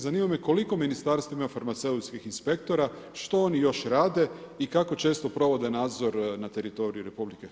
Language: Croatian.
Zanima me koliko ministarstvo ima farmaceutskih inspektora, što oni još rade i kako često provode nadzor na teritoriju RH?